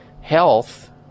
health